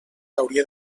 hauria